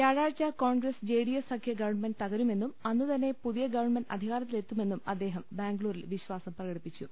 വ്യാഴാഴ്ച കോൺഗ്രസ് ജെഡി എസ് സഖ്യ ഗവൺമെന്റ് തകരുമെന്നും അന്നൂതന്നെ പുതിയ ഗവൺമെന്റ് അധികാരത്തിലെത്തുമെന്നും അദ്ദേഹം ബാംഗ്ലൂരിൽ വിശ്വാസം പ്രകടിപ്പിച്ചു